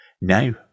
now